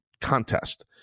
contest